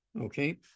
Okay